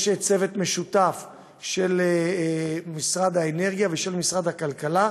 יש צוות משותף של משרד האנרגיה ושל משרד הכלכלה,